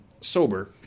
sober